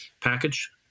Package